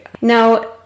Now